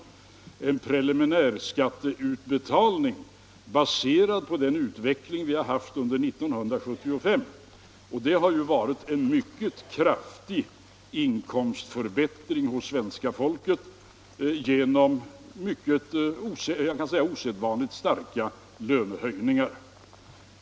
Denna preliminära skatteutbetalning är baserad på den utveckling vi har haft under 1975, och svenska folket har ju haft en mycket kraftig inkomstförbättring i år genom osedvanligt starka löneökningar.